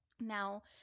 Now